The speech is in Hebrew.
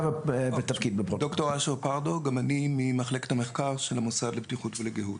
אני דוקטור אשר פרדו ממחלקת המחקר של המוסד לבטיחות ולגהות.